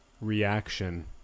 reaction